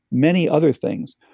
many other things.